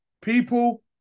People